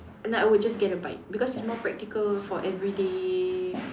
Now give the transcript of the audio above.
and I would just get a bike because it's more practical for everyday